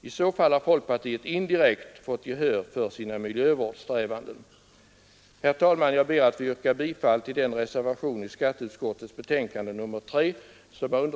I så fall har folkpartiet indirekt fått gehör för sina miljövårdssträvanden! Herr talman! Jag ber att få yrka bifall till reservationen 2 vid skatteutskottets betänkande.